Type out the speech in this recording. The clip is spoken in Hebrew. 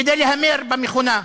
כדי להמר במכונה.